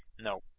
No